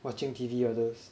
watching T_V all those